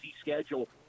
schedule